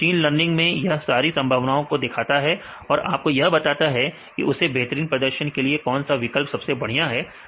तो machine learning में यह सारी संभावनाओं को देखता है और आपको यह बताता है कि उसे बेहतरीन प्रदर्शन के लिए कौन सा विकल्प सबसे बढ़िया है